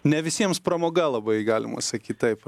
ne visiems pramoga labai galima sakyt taip